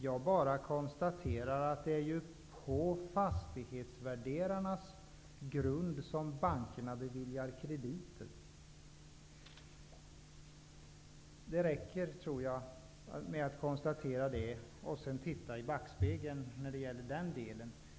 Jag konstaterar bara att det är på fastighetsvärderarnas grund som bankerna beviljar krediter. Det räcker, tror jag, att konstatera det och att sedan se i backspegeln när det gäller den delen.